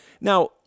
Now